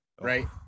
right